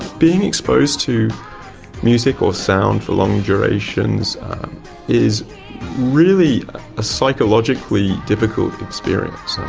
being exposed to music or sound for long durations is really a psychologically difficult experience.